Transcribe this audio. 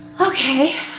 Okay